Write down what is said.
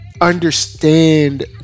understand